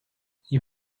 you